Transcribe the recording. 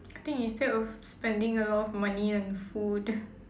I think instead of spending a lot of money on food